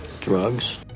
Drugs